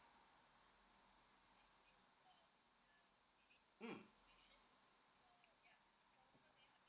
mm